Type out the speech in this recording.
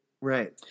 right